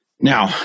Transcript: Now